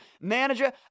manager